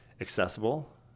accessible